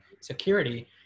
security